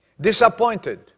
disappointed